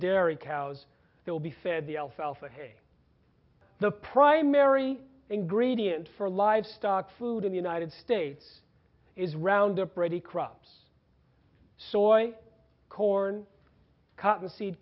dairy cows will be fed the alfalfa hay the primary ingredient for livestock food in the united states is roundup ready crops soy corn cotton seed